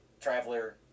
traveler